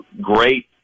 great